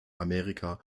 amerika